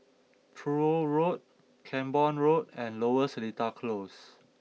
Truro Road Camborne Road and Lower Seletar Close